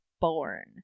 born